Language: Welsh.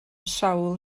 sawl